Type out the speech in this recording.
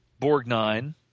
Borgnine